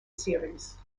series